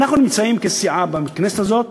אנחנו נמצאים, כסיעה בכנסת הזאת,